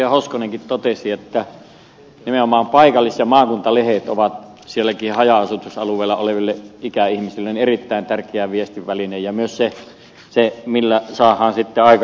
hoskonenkin totesi että nimenomaan paikallis ja maakuntalehdet ovat siellä haja asutusalueellakin oleville ikäihmisille erittäin tärkeä viestintäväline ja myös se väline millä saadaan aikakin kulumaan